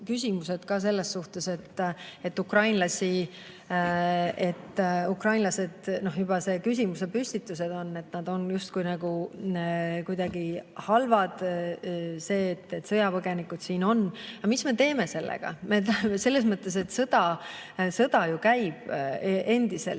küsimused ka selle kohta, et ukrainlased ... Noh, juba see küsimuse püstitus on selline, et nad on justkui nagu kuidagi halvad, on halb, et sõjapõgenikud siin on. No mis me teeme sellega? Selles mõttes, et sõda ju käib endiselt,